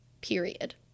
period